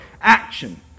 action